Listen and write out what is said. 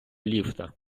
ліфта